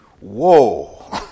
Whoa